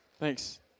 Thanks